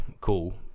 cool